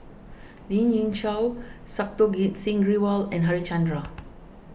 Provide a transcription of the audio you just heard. Lien Ying Chow Santokh Singh Grewal and Harichandra